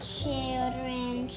Children